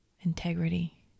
integrity